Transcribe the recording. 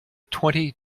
twenty